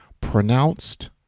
Pronounced